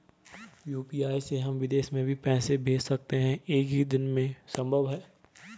UPI से हम विदेश में भी पैसे भेज सकते हैं एक ही दिन में संभव है?